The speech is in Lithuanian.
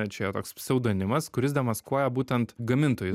čia jo toks pseudonimas kuris demaskuoja būtent gamintojus